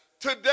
Today